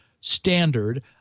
standard